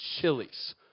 chilies